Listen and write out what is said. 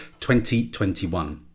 2021